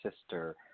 sister